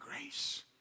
grace